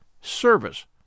service